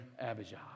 Abijah